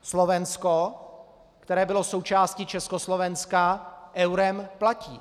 Slovensko, které bylo součástí Československa, eurem platí.